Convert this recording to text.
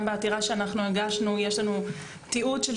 גם בעתירה שאנחנו הגשנו יש לנו תיעוד של